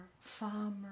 farmer